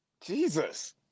jesus